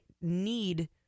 need